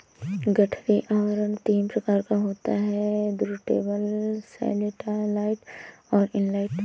गठरी आवरण तीन प्रकार का होता है टुर्नटेबल, सैटेलाइट और इन लाइन